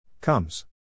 Comes